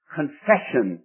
confession